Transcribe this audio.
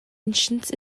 ancient